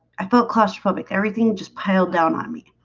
i felt claustrophobic everything just piled down on me.